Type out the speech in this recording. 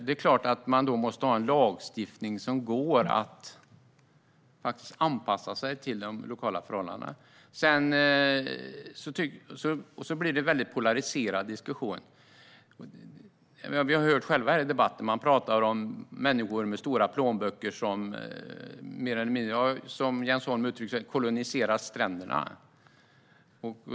Det är klart att man då måste ha en lagstiftning som går att anpassa till de lokala förhållandena. Sedan blir det en mycket polariserad diskussion. Vi har här i debatten hört att man talar om människor med stora plånböcker som mer eller mindre koloniserar stränderna, som Jens Holm uttrycker det.